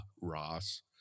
Ross